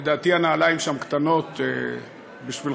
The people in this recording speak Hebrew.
לדעתי הנעליים שם קטנות בשבילך,